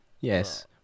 yes